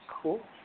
Cool